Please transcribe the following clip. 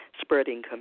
spreading